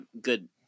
good